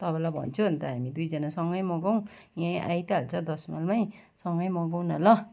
तपाईँलाई भन्छु अन्त हामी दुईजना सँगै मगाउँ यहीँ आइ त हाल्छ दस माइलमै सँगै मगाउँ न ल